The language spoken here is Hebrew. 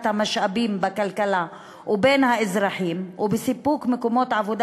המשאבים בכלכלה ובין האזרחים ובאספקת מקומות עבודה